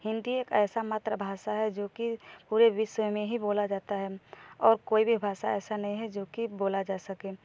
हिंदी एक ऐसा मातृ भाषा है जो की पूरे विश्व में ही बोला जाता है और कोई भी भाषा ऐसा नहीं जो कि बोला जा सके